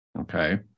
okay